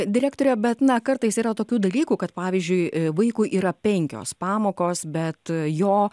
direktore bet na kartais yra tokių dalykų kad pavyzdžiui vaikui yra penkios pamokos bet jo